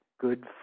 good